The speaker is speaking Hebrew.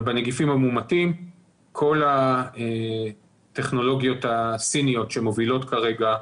כל הטכנולוגיות הסיניות שמובילות כרגע,